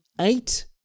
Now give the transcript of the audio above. eight